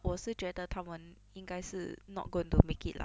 我是觉得他们应该是 not going to make it lah